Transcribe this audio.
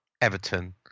Everton